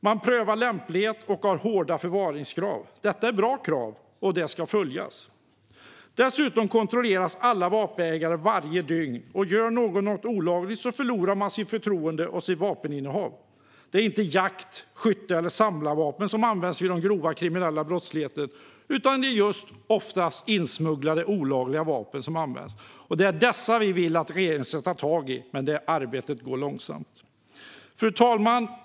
Man prövar lämplighet och har hårda förvaringskrav. Detta är bra krav, och de ska följas. Dessutom kontrolleras alla vapenägare varje dygn, och gör någon något olagligt förlorar man förtroendet och sitt vapeninnehav. Det är inte jakt, skytte eller samlarvapen som används vid grov brottslighet, utan det är oftast insmugglade olagliga vapen. Det är dessa vi vill att regeringen ska ta tag i, men arbetet går långsamt. Fru talman!